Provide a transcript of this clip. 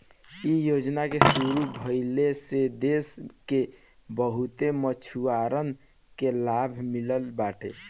इ योजना के शुरू भइले से देस के बहुते मछुआरन के लाभ मिलल बाटे